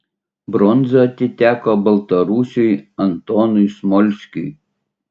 bronza atiteko baltarusiui antonui smolskiui